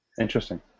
Interesting